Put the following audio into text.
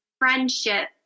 friendship